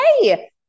hey